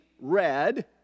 red